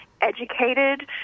educated